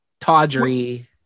tawdry